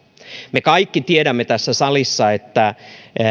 me kaikki tiedämme tässä salissa että